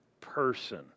person